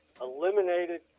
eliminated